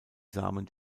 samen